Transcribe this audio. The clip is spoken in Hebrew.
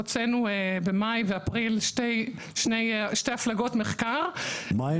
הוצאנו במאי ובאפריל שתי הפלגות מחקר לחקר יונקים --- מים